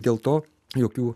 dėl to jokių